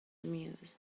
amused